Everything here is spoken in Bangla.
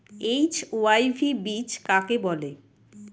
এইচ.ওয়াই.ভি বীজ কাকে বলে?